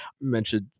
Mentioned